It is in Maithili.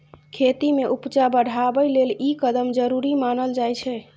खेती में उपजा बढ़ाबइ लेल ई कदम जरूरी मानल जाइ छै